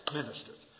ministers